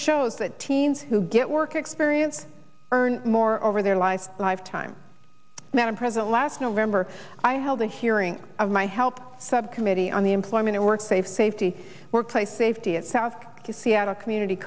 shows that teens who get work experience earn more over their life lifetime now and present last november i held a hearing of my help subcommittee on the employment of work safe safety workplace safety at south seattle community